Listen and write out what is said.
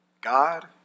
God